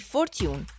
Fortune